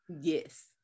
Yes